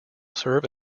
serve